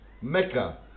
Mecca